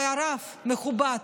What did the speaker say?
הוא היה רב מכובד,